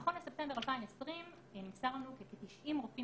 נכון לספטמבר 2020 נמסר לנו כי כ-90 רופאים